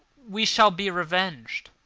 we shall be revenged,